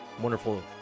wonderful